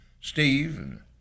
Steve